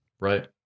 right